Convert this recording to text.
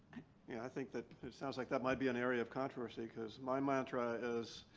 yeah i think that sounds like that might be an area of controversy, because my mantra is